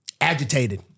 agitated